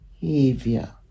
behavior